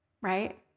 right